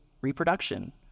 reproduction